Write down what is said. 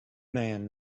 man